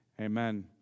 Amen